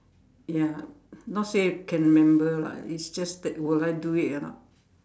ya not say can remember lah it's just that will I do it or not